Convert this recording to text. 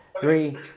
Three